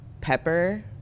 pepper